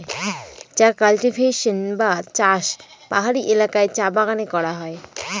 চা কাল্টিভেশন বা চাষ পাহাড়ি এলাকায় চা বাগানে করা হয়